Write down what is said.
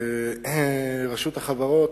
את רשות החברות,